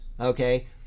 Okay